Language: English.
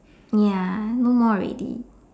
ya no more already